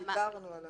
דיברנו על זה.